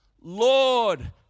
Lord